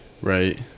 Right